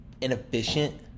inefficient